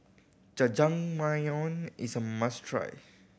Jajangmyeon is a must try